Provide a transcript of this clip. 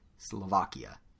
Slovakia